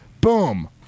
Boom